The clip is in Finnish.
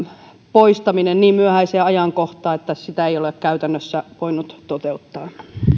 poistaminen niin myöhäiseen ajankohtaan että sitä ei ole käytännössä voinut toteuttaa